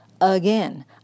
again